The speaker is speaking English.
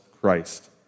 Christ